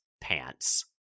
pants